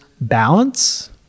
balance